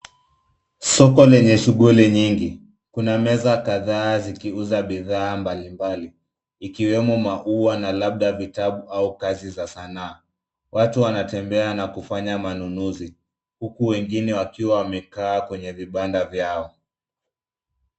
Soko lenye shughuli nyingi. Kuna meza kadhaa zikiuza bidhaa mbalimbali ikiwemo maua na labda vitabu au kazi za sanaa. Watu wanatembea na kufanya manunuzi huku wengine wakiwa wamekaa kwenye vibanda vyao.